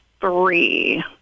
three